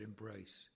embrace